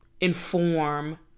inform